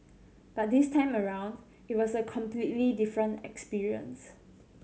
but this time around it was a completely different experience